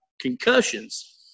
concussions